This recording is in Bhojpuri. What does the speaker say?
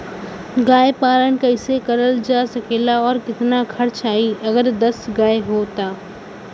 गाय पालन कइसे करल जा सकेला और कितना खर्च आई अगर दस गाय हो त?